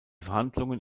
verhandlungen